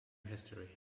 history